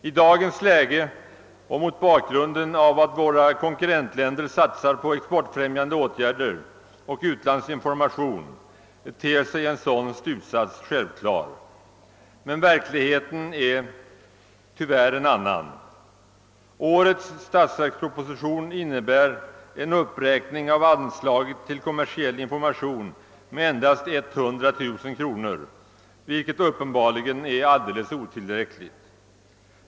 I dagens läge och mot bak 3runden av vad våra konkurrentländer satsar på exportfrämjande åtgärder och utlandsinformation ter sig en sådan slutsats självklar. Men verkligheten är tyvärr en annan. Årets statsverksproposition innebär en uppräkning av anslaget till kommersiell information med <:endast 100 000 kronor, vilket uppenbarligen är helt otillräckligt.